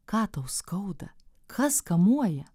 ką tau skauda kas kamuoja